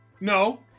No